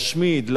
להשמיד,